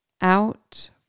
out